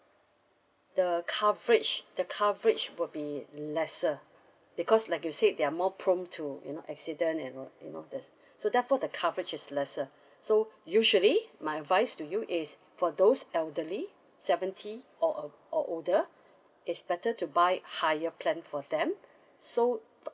the coverage the coverage would be lesser because like you said they are more prone to you know accident and all you know that's so therefore the coverage is lesser so usually my advice to you is for those elderly seventy or uh or older is better to buy higher plan for them so the